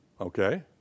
Okay